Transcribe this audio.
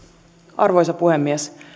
arvoisa puhemies